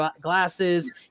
glasses